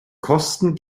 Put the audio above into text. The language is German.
kosten